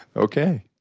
ok.